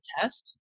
test